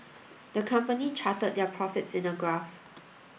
the company charted their profits in a graph